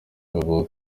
avuga